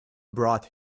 brought